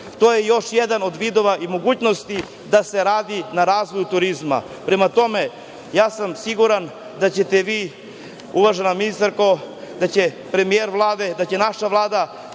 To je još jedan od vidova i mogućnosti da se radi na razvoju turizma. Prema tome, siguran sam da ćete vi, uvažena ministarko, da će premijer Vlade, da će naša Vlada,